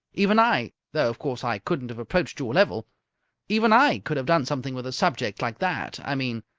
even i though, of course, i couldn't have approached your level even i could have done something with a subject like that. i mean,